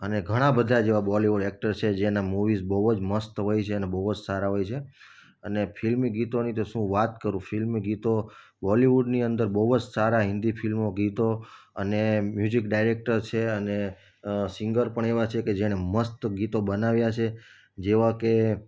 અને ઘણા બધા જેવા બૉલીવુડ એક્ટર છે જેના મૂવીસ બહુ જ મસ્ત હોય છે અને બહુ જ સારા હોય છે અને ફિલ્મી ગીતોની તો શું વાત કરું ફિલ્મી ગીતો બોલિવૂડની અંદર બહુ જ સારા હિન્દી ફિલ્મો ગીતો અને મ્યુઝિક ડાયરેક્ટર છે અને સિંગર પણ એવા છે કે જેણે મસ્ત ગીતો બનાવ્યા છે જેવા કે